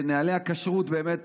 שנוהלי הכשרות הם באמת